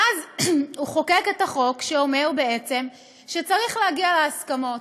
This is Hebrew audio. ואז הוא חוקק את החוק שאומר בעצם שצריך להגיע להסכמות,